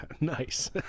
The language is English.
Nice